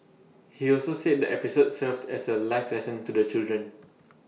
he also said the episode served as A life lesson to the children